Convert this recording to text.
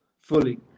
fully